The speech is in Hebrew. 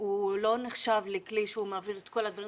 הוא לא נחשב לכלי שמעביר את כל הדברים